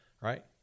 right